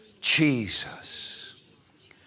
Jesus